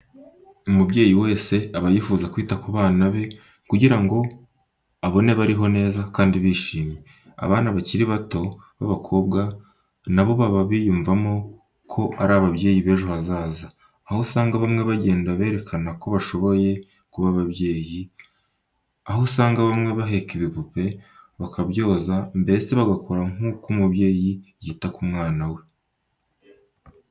Umubyeyi wese aba yifuza kwita ku bana be kugira ngo abone bariho neza kandi bishimye. Abana bakiri bato b'abakobwa na bo baba biyumvamo ko ari ababyeyi b'ejo hazaza, aho usanga bamwe bagenda berekana ko bashoboye kuba ababyeyi, aho usanga bamwe baheka ibipupe bakabyoza mbese bagakora nk'uko umubyeyi yita ku mwana we.